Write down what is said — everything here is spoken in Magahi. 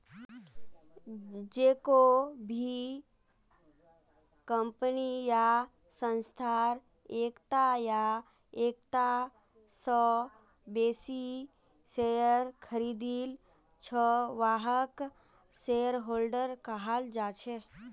जेको भी कम्पनी या संस्थार एकता या एकता स बेसी शेयर खरीदिल छ वहाक शेयरहोल्डर कहाल जा छेक